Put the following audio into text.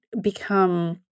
become